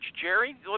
Jerry